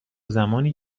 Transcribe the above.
زمانی